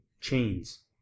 chains